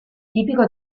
tipico